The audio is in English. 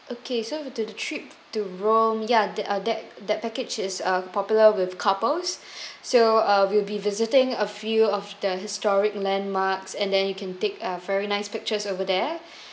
okay so to the trip to rome ya that uh that that package is uh popular with couples so uh we'll be visiting a few of the historic landmarks and then you can take uh very nice pictures over there